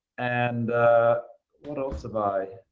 and what else have i